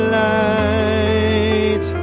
light